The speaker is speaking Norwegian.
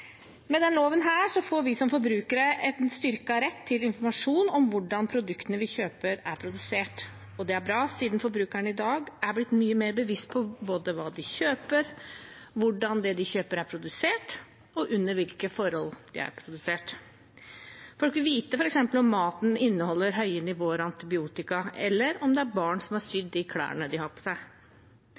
Med denne loven får vi som forbrukere en styrket rett til informasjon om hvordan produktene vi kjøper, er produsert. Det er bra siden forbrukerne i dag er blitt mye mer bevisste på både hva de kjøper, hvordan det de kjøper, er produsert, og under hvilke forhold det er produsert. Folk vil f.eks. vite om maten inneholder høye nivåer av antibiotika, eller om det er barn som har sydd klærne de har på seg.